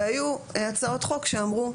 והיו הצעות חוק שאמרו,